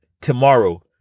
tomorrow